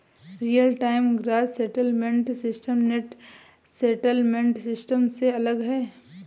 real time gross settlement system net settlement system से अलग है